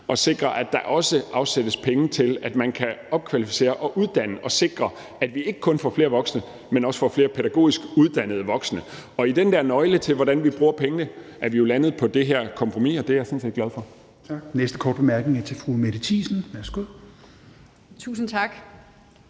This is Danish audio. at sikre, at der afsættes penge til, at man kan opkvalificere og uddanne og sikre, at vi ikke kun får flere voksne, men også får flere pædagogisk uddannede voksne. Og i den der nøgle, i forhold til hvordan vi bruger pengene, er vi jo landet på det her kompromis, og det er jeg sådan set glad for.